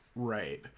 right